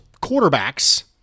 quarterback's